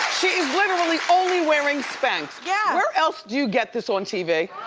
literally only wearing spanx. yeah where else do you get this on tv?